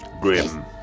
Grim